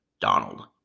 Donald